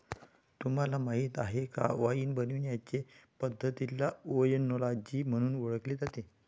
तुम्हाला माहीत आहे का वाइन बनवण्याचे पद्धतीला ओएनोलॉजी म्हणून ओळखले जाते